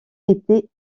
était